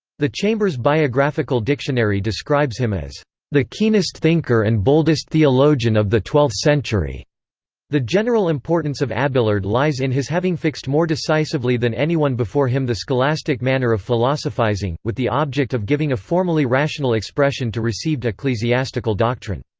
the chambers biographical dictionary describes him as the keenest thinker and boldest theologian of the twelfth century the general importance of abelard lies in his having fixed more decisively than anyone before him the scholastic manner of philosophizing, with the object of giving a formally rational expression to received ecclesiastical doctrine.